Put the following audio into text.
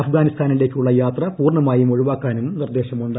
അഫ്ഗാനിസ്ഥാനിലേക്കുള്ള യാത്ര പൂർണ്ണമായും ഒഴിവാക്കാനും നിർദ്ദേശമുണ്ട്